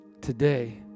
Today